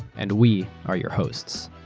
and we are your hosts.